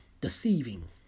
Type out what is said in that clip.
deceiving